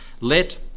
Let